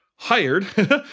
Hired